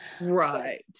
Right